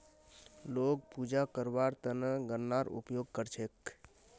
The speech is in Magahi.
लोग पूजा करवार त न गननार उपयोग कर छेक